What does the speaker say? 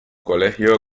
colegio